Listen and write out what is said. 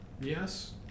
Yes